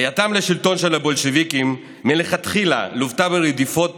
עלייתם לשלטון של הבולשביקים מתחילתה לוותה ברדיפת